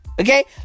Okay